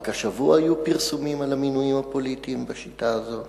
רק השבוע היו פרסומים על המינויים הפוליטיים בשיטה הזאת,